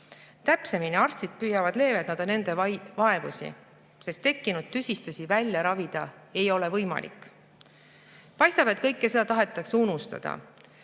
Täpsemini, arstid püüavad leevendada vaid nende vaevusi, sest tekkinud tüsistusi välja ravida ei ole võimalik. Paistab, et kõike seda tahetakse unustada.